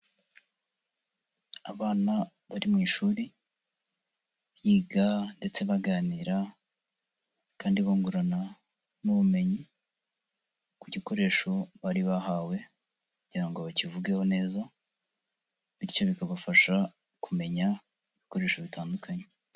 Abana bari mu ishuri biga ndetse baganira kandi bungurana n'ubumenyi ku gikoresho bari bahawe kugira ngo bakivugeho neza, bityo bikabafasha kumenya ibikoresho bitandukanye.